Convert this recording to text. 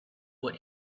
what